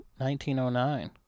1909